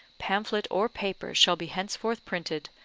pamphlet, or paper shall be henceforth printed,